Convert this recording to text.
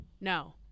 no